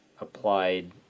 applied